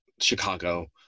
Chicago